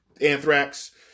Anthrax